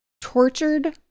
tortured